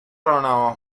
راهنما